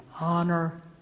honor